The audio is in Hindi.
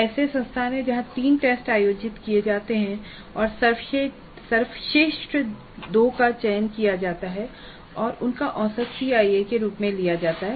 ऐसे संस्थान हैं जहां 3 टेस्ट आयोजित किए जाते हैं और सर्वश्रेष्ठ 2 का चयन किया जाता है और उनका औसत CIE के रूप में लिया जाता है